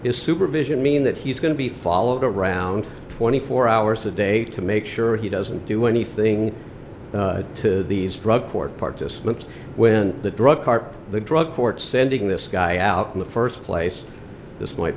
is supervision mean that he's going to be followed around twenty four hours a day to make sure he doesn't do anything to these drug court participants when the drug cartel drug court sending this guy out in the first place this might